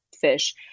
fish